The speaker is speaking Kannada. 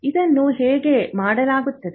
ಇದನ್ನು ಹೇಗೆ ಮಾಡಲಾಗುತ್ತದೆ